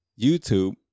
YouTube